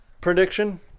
prediction